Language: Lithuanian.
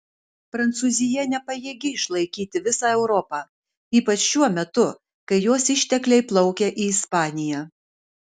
prancūzija nepajėgi išlaikyti visą europą ypač šiuo metu kai jos ištekliai plaukia į ispaniją